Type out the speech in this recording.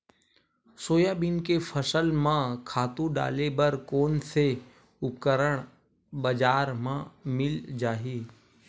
Soybean के फसल म खातु डाले बर कोन से उपकरण बजार म मिल जाहि?